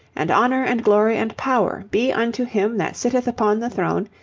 and honour, and glory, and power, be unto him that sitteth upon the throne,